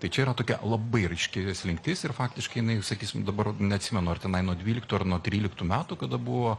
tai čia yra tokia labai ryški slinktis ir faktiškai jinai sakysim dabar neatsimenu ar tenai nuo dvyliktų ar nuo tryliktų metų kada buvo